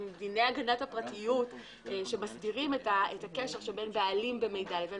אם דיני הגנת הפרטיות שמסדירים את הקשר שבין בעלים למידע לבין